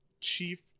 chief